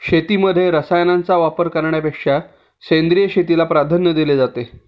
शेतीमध्ये रसायनांचा वापर करण्यापेक्षा सेंद्रिय शेतीला प्राधान्य दिले जाते